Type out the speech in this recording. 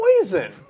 poison